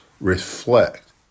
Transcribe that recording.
reflect